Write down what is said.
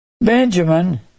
Benjamin